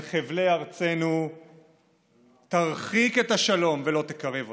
חבלי ארצנו תרחיק את השלום ולא תקרב אותו.